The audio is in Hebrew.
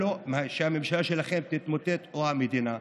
או שהממשלה שלכם תתמוטט או המדינה.